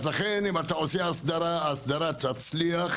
לכן אם אתה עושה הסדרה היא תצליח.